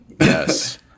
Yes